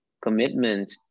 commitment